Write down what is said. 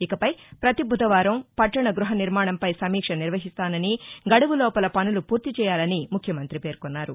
ఇకపై పతి బుధవారం పట్టణ గృహ నిర్మాణంపై సమీక్ష నిర్వహిస్తానని గడువులోపల పనులు పూర్తిచేయాలని ముఖ్యమంతి పేర్కొన్నారు